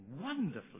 wonderfully